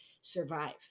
survive